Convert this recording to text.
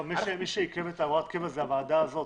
מי שעיכב את הוראת הקבע זה הוועדה הזאת,